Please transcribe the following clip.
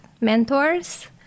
mentors